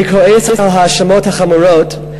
אני כועס על ההאשמות החמורות,